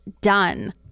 done